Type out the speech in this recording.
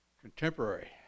contemporary